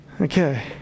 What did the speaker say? Okay